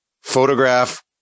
photograph